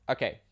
Okay